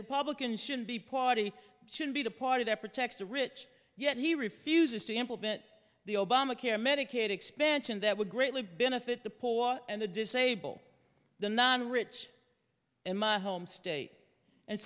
republicans shouldn't be party should be the party that protects the rich yet he refuses to implement the obamacare medicaid expansion that would greatly benefit the poor and the disable the non rich in my home state and